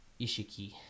Ishiki